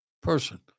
person